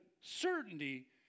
certainty